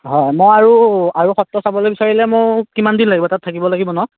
হয় মই আৰু আৰু সত্ৰ চাবলৈ বিচাৰিলে মোক কিমান দিন লাগিব তাত থাকিব লাগিব ন